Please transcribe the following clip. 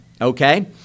Okay